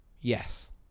Yes